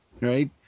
right